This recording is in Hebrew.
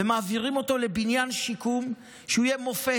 ומעבירים אותו לבניין שיקום שהוא יהיה מופת.